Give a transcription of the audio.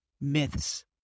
myths